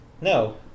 No